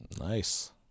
Nice